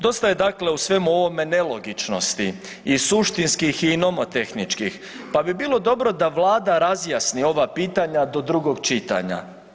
Dosta je dakle u svemu ovome nelogičnosti i suštinskih i nomotehničkih, pa bi bilo dobro da vlada razjasni ova pitanja do drugog čitanja.